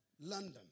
London